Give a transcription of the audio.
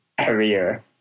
career